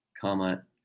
comma